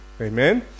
Amen